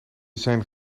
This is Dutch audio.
zijn